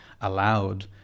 allowed